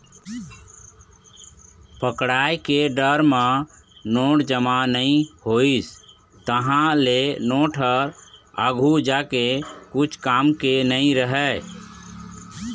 पकड़ाय के डर म नोट जमा नइ होइस, तहाँ ले नोट ह आघु जाके कछु काम के नइ रहय